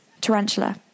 tarantula